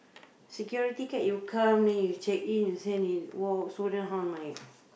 security card you come then you check in you stand and walk so then how am I